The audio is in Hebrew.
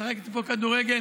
משחקת פה כדורגל,